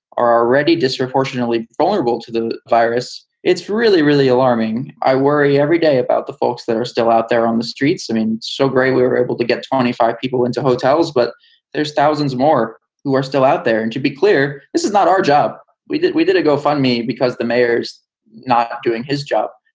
are already disproportionately vulnerable to the virus. it's really, really alarming. i worry every day about the folks that are still out there on the streets. i mean, so great. we were able to get twenty five people into hotels, but there's thousands more who are still out there. and to be clear, this is not our job. we did we did it go fund me because the mayor's not doing his job.